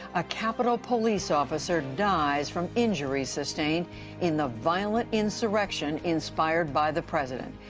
a capitol police officer dies from injuries sustained in the violent insurrection inspired by the president,